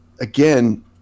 again